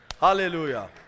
Hallelujah